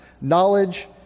knowledge